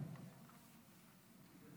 אדוני